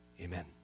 Amen